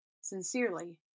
Sincerely